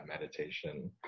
meditation